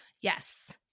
Yes